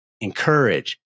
encourage